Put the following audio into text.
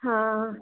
ಹಾಂ